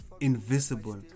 invisible